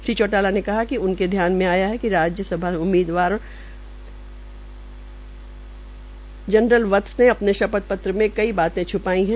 श्री चौटाला ने कहा कि उनके ध्यान मे आया है कि राज्य सभा उम्मीदवार रिटार्ड जनरल वत्स ने अपने शपथ पत्र में कई बाते छुपाई है